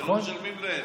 אתם לא משלמים להם.